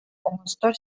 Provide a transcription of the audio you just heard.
оҥостон